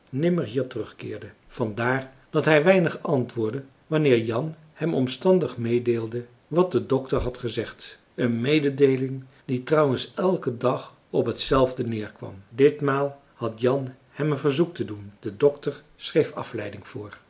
nimmer hier terugkeerde van daar dat hij weinig antwoordde wanneer jan hem omstandig marcellus emants een drietal novellen meedeelde wat de dokter had gezegd een mededeeling die trouwens elken dag op hetzelfde neerkwam ditmaal had jan hem een verzoek te doen de dokter schreef afleiding voor